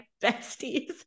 besties